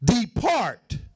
depart